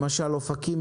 למשל אופקים,